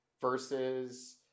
versus